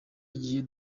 igihe